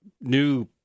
new